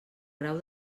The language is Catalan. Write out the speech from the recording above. grau